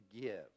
give